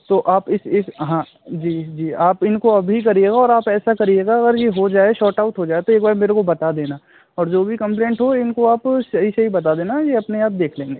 तो आप इस इस हाँ जी जी आप इनको अभी करिएगा आप ऐसा करिएगा अगर यह हो जाए शॉर्ट आउट हो जाए तो एक बार मेरेको बता देना और जो भी कंप्लेंट हो इनको आप सही सही बता देना यह अपने आप देख लेंगे